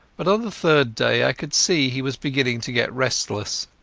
but on the third day i could see he was beginning to get restless.